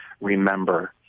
remember